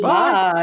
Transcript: Bye